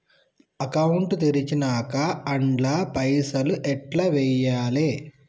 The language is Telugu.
అకౌంట్ తెరిచినాక అండ్ల పైసల్ ఎట్ల వేయాలే?